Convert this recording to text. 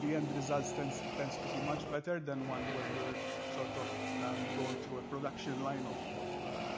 the end result tends tends to be much better than one where you are sort of going through a production line of of